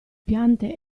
piante